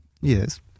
Yes